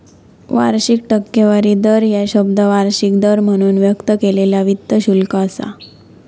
वार्षिक टक्केवारी दर ह्या शब्द वार्षिक दर म्हणून व्यक्त केलेला वित्त शुल्क असा